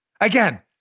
Again